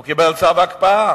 הוא קיבל צו הקפאה.